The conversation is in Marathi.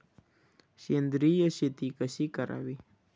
सेंद्रिय शेती कशी करावी?